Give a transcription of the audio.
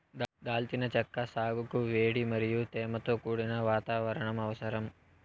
దాల్చిన చెక్క సాగుకు వేడి మరియు తేమతో కూడిన వాతావరణం అవసరం